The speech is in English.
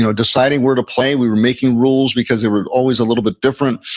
ah deciding where to play. we were making rules, because they were always a little bit different.